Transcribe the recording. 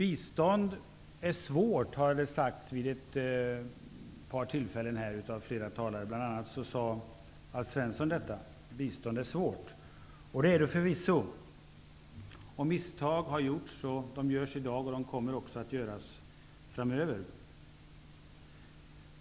Flera talare, bl.a. Alf Svensson, har i debatten sagt att bistånd är svårt. Det är det förvisso. Misstag har gjorts. De görs i dag, och de kommer också att göras framöver.